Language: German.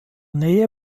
nähe